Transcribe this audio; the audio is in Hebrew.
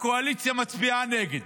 הקואליציה מצביעה נגד.